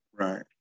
Right